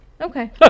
okay